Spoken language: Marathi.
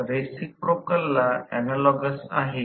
तर समीकरण 5 पासून S 1 nn s